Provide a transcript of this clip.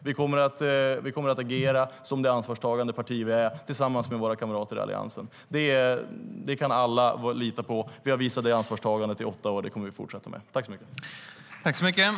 Vi kommer att agera som det ansvarstagande parti vi är tillsammans med våra kamrater i Alliansen. Det kan alla lita på. Vi har visat det ansvarstagandet i åtta år, och det kommer vi att fortsätta med.